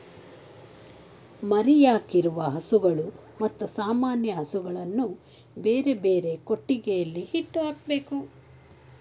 ಮರಿಯಾಕಿರುವ ಹಸುಗಳು ಮತ್ತು ಸಾಮಾನ್ಯ ಹಸುಗಳನ್ನು ಬೇರೆಬೇರೆ ಕೊಟ್ಟಿಗೆಯಲ್ಲಿ ಇಟ್ಟು ಹಾಕ್ಬೇಕು